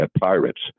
Pirates